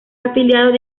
afiliados